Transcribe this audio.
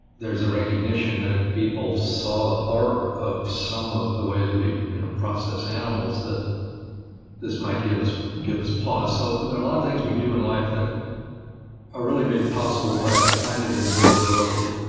there's a recognition that if people saw the horror of some of the ways we process animals, that this might give us give us pause. so and there lot of things we do in life that are really made possible by a kind of invisibility,